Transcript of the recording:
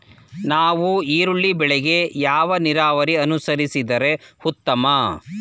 ನಾವು ಈರುಳ್ಳಿ ಬೆಳೆಗೆ ಯಾವ ನೀರಾವರಿ ಅನುಸರಿಸಿದರೆ ಉತ್ತಮ?